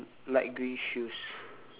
light green shoes